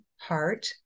heart